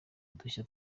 udushya